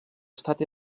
estat